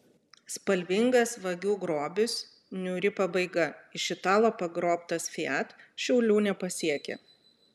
spalvingas vagių grobis niūri pabaiga iš italo pagrobtas fiat šiaulių nepasiekė